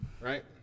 right